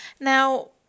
Now